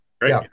great